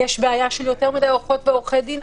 יש בעיה של יותר מדי עורכות ועורכי דין,